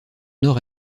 nord